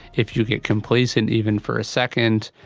if you get complacent even for a second,